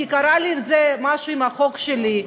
כי קרה לי משהו עם החוק שלי.